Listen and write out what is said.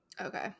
Okay